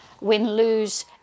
win-lose